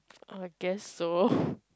I guess so